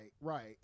right